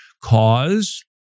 cause